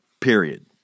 Period